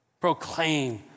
proclaim